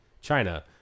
China